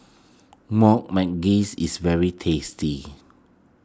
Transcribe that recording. Manggis is very tasty